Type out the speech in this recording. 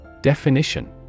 Definition